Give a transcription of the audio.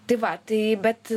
tai va tai bet